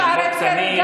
גם שערי צדק.